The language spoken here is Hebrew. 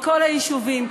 מכל היישובים,